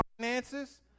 finances